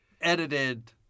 edited